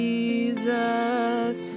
Jesus